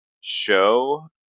show